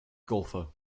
golfer